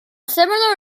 similar